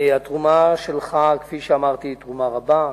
התרומה שלך, כפי שאמרתי, היא תרומה רבה.